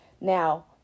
Now